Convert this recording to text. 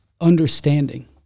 understanding